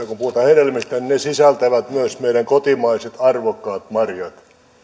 kun puhutaan hedelmistä kansainvälisesti ja eussa niin ne sisältävät myös meidän kotimaiset arvokkaat marjat